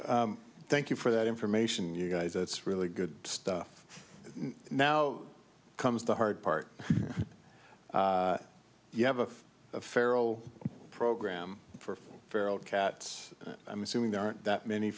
you thank you for that information you guys it's really good stuff now comes the hard part you have a feral program for feral cats i'm assuming there aren't that many